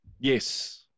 Yes